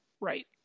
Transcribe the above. right